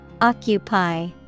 Occupy